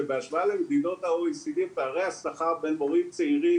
שבהשוואה למדינות ה-OECD פערי השכר בין מורים צעירים